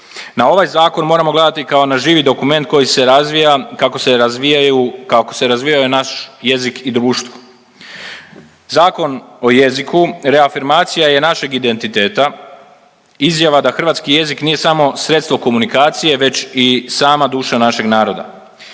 na ovaj Zakon moramo gledati kao na živi dokument koji se razvija, kako se razvijaju, kako se razvijao i naš jezik i društvo. Zakon o jeziku reafirmacija je našeg identiteta, izjava da hrvatski jezik nije samo sredstvo komunikacije, već i sama duša našeg naroda,